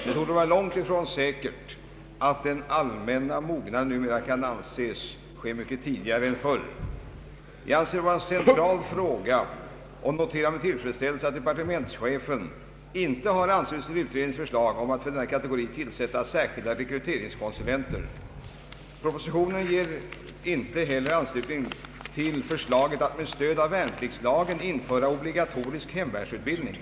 Det torde vara långt ifrån säkert att den allmänna mognaden numera kan anses ske mycket tidigare än förr. Jag anser detta vara en central fråga, och jag noterar med tillfredsställelse att departementschefen inte har anslutit sig till utredningens förslag om att för denna kategori tillsätta särskilda rekryteringskonsulenter. Propo sitionen ger heller inte anslutning till utredningens förslag att med stöd av värnpliktslagen införa obligatorisk hemvärnsutbildning.